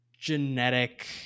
genetic